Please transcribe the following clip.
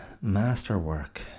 Masterwork